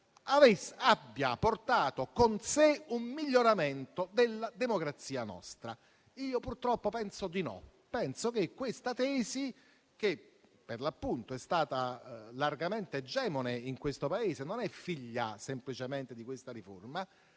abbia portato con sé un miglioramento della nostra democrazia. Purtroppo penso di no. Penso che questa tesi, che è stata largamente egemone nel Paese e non è figlia semplicemente di questa riforma,